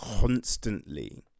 constantly